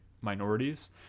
minorities